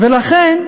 חברת